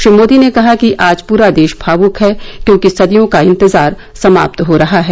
श्री मोदी ने कहा कि आज पूरा देश भावुक है क्योंकि सदियों का इंतजार समाप्त हो रहा है